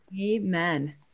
Amen